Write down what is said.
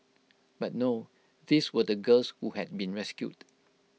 but no these were the girls who had been rescued